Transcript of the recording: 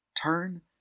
turn